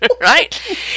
Right